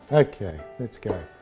okay, lets go.